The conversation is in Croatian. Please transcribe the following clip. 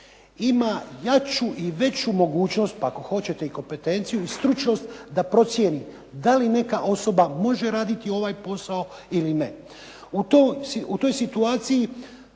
ima jaču i veću mogućnost pa ako hoćete i kompetenciju i stručnost da procijeni da li neka osoba može raditi ovaj posao ili ne. U toj situaciji,